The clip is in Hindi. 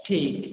ठीक